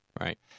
Right